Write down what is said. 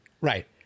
Right